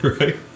right